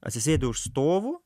atsisėdi už stovų